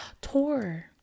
tour